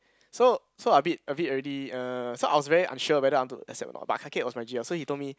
so so I a bit a bit already uh so I was very unsure whether I want to accept or not but Kakiet was my g_l so he told me